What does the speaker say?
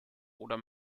oder